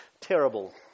terrible